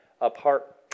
apart